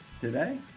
today